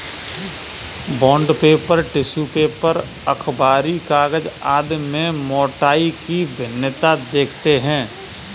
bond paper, tissue paper, अखबारी कागज आदि में मोटाई की भिन्नता देखते हैं